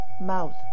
mouth